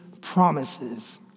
promises